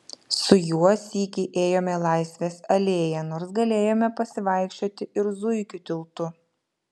su juo sykį ėjome laisvės alėja nors galėjome pasivaikščioti ir zuikių tiltu